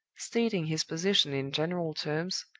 stating his position in general terms,